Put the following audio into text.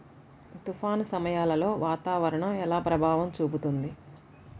తుఫాను సమయాలలో వాతావరణం ఎలా ప్రభావం చూపుతుంది?